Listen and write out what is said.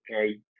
okay